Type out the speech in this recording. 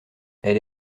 elle